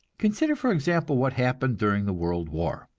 consider, for example, what happened during the world war.